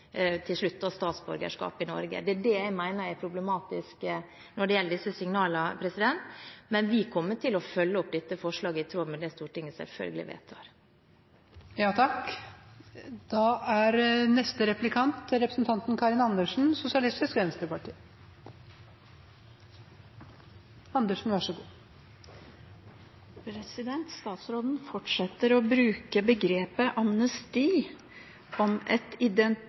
statsborgerskap i Norge. Det er det jeg mener er problematisk når det gjelder disse signalene. Men vi kommer selvfølgelig til å følge opp dette forslaget i tråd med det Stortinget vedtar. Statsråden fortsetter å bruke begrepet «amnesti» om et identitetsavklaringsprogram for mennesker som har permanent opphold i Norge. Det mener jeg er en svært feil ordbruk, for det er ikke en type amnesti, det er et